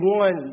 one